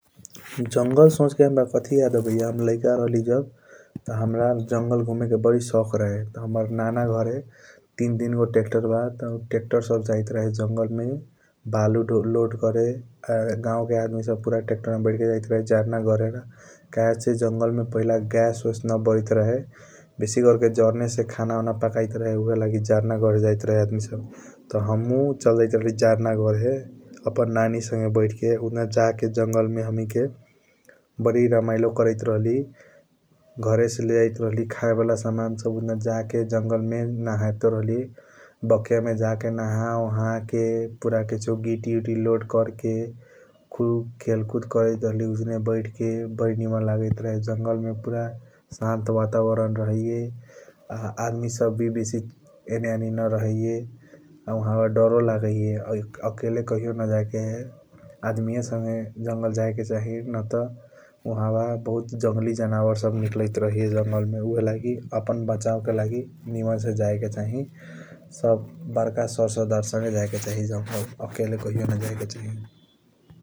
जुंगल सोच के हाम्रा कथी याद आबाइया हमे लाइक राहली जब त हाम्रा जंगल घूमे के बारी साओख रहे । त हाम्रा नाना घरे तीन तीन गो टेकटर बा टेकटर सब जाईत रहे जंगल मे बालू लोड करे गऊ के आदमी सब । पूरा टेकटर मे बैठ के जैत रहे जारण गरे कहेसे जंगल मे पहिला गैस ओस न बराइट रहे बेसी कर के जारण से । खाना ऑन पकाइट रहे ऊहएलगी जारण ऑर्ना गरे जाईत रहे आदमी सब त हमहू चल जाईत रहली जारण गरे । आपण नानी संगे बैठ के उजान जाके जंगल मे हमैके बारी रमाइलो करैत राहली घरे से लेजाइट राहली खाया वाला समान सब । उजान जाके जंगल मे नहे तूरहली बके मे जाके नह ओह के पूरा किसियों गीति ओटी लोड कर के खेल कूद करैत रहली उजने बैठ के । बारी निमन लगाइट रहे जंगल मे पूरा सन्त वटा वर्ण रहैया आ आदमी सब वी आने आणि न रहैया आ ऊ उहब दरों लगैया । आकेले कहियों न जायके आदमी संगे जंगल जेके चाही नत उआहब बहुत जुंगली जनबर सब निकलाइट रहैया जंगल मे । उहएलागि अपना बाचौ के लागि निमन से जेके चाही बकरा सरसरदार संगे जेके चाही जंगल आकेले कहियों न जेके चाही ।